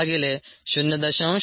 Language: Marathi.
128 1v 1 4